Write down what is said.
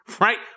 Right